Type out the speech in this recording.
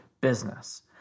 business